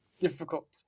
Difficult